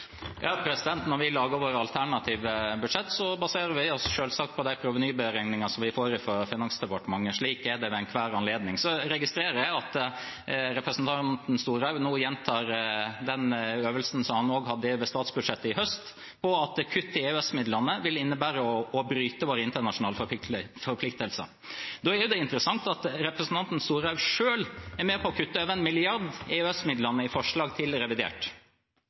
Når vi lager våre alternative budsjetter, baserer vi oss selvsagt på de provenyberegningene vi får fra Finansdepartementet. Slik er det ved enhver anledning. Så registrerer jeg at representanten Storehaug nå gjentar øvelsen som han hadde ved statsbudsjettet i høst, at kutt i EØS-midlene vil innebære å bryte våre internasjonale forpliktelser. Da er det interessant at representanten Storehaug selv er med på å kutte en milliard av EØS-midlene i forslag til revidert.